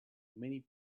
many